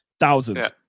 thousands